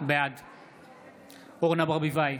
בעד אורנה ברביבאי,